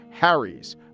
Harry's